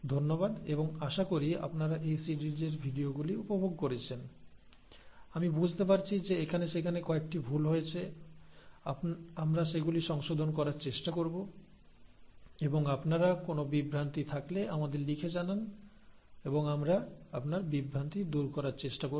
ধন্যবাদ এবং আশা করি আপনারা এই সিরিজের ভিডিওগুলি উপভোগ করেছেন আমি বুঝতে পেরেছি যে এখানে সেখানে কয়েকটি ভুল হয়েছে আমরা সেগুলি সংশোধন করার চেষ্টা করব এবং আপনার কোনও বিভ্রান্তি থাকলে আমাদের লিখে জানান এবং আমরা আপনার বিভ্রান্তি দূর করার চেষ্টা করব